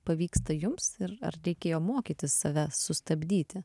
pavyksta jums ir ar reikėjo mokyti save sustabdyti